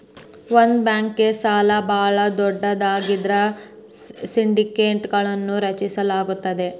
ಒಂದ ಬ್ಯಾಂಕ್ಗೆ ಸಾಲ ಭಾಳ ದೊಡ್ಡದಾಗಿದ್ರ ಸಿಂಡಿಕೇಟ್ಗಳನ್ನು ರಚಿಸಲಾಗುತ್ತದೆ